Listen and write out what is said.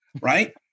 right